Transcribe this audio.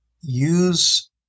use